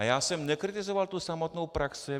Já jsem nekritizoval tu samotnou praxi.